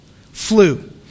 flu